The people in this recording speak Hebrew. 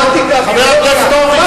מתמטיקה, פילוסופיה, חבר הכנסת הורוביץ,